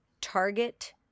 target